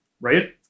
Right